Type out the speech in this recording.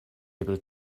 able